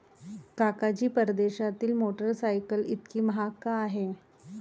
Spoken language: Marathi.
काका जी, परदेशातील मोटरसायकल इतकी महाग का आहे?